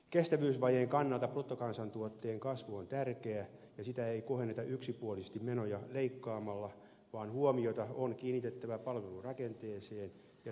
kestävyysvajeen kannalta bruttokansantuotteen kasvu on tärkeä ja sitä ei kohenneta yksipuolisesti menoja leikkaamalla vaan huomiota on kiinnitettävä palvelurakenteeseen ja sen tehokkuuteen